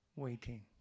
waiting